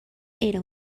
era